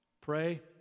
pray